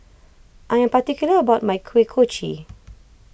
I am particular about my Kuih Kochi